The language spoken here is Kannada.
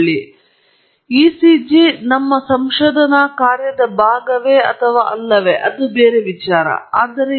ಇಸಿಜಿ ಡೇಟಾದಲ್ಲಿ ನಾವು ನೋಡಿದ್ದೇವೆಯೇ ಅಥವಾ ಇಲ್ಲವೋ ಆದರೆ ಇಸಿಜಿ ನಮ್ಮ ಸಂಶೋಧನಾ ಕಾರ್ಯದ ಭಾಗವೇ ಅಥವಾ ಇಲ್ಲವೇ ಎಂದು ನಾವು ಎಲ್ಲರೂ ನೋಡುತ್ತೇವೆ